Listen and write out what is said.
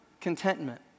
contentment